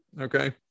okay